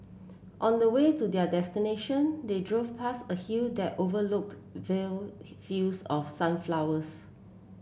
on the way to their destination they drove past a hill that overlooked vile fields of sunflowers